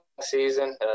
season